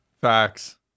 Facts